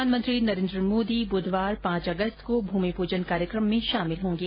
प्रधानमंत्री नरेंद्र मोदी बुधवार पांच अगस्त को भूमि पूजन कार्यक्रम में सम्मिलित होंगे